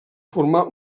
formar